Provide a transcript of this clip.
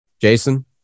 Jason